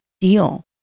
deal